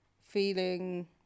feeling